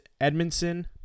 Edmondson